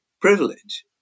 privilege